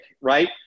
right